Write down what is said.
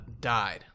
died